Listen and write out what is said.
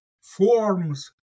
forms